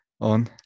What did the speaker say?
on